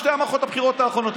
בשתי מערכות הבחירות האחרונות,